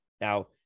now